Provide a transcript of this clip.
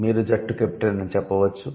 మీరు జట్టు కెప్టెన్ అని చెప్పవచ్చు